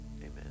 Amen